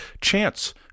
Chance